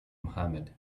mohamed